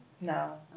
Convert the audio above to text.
No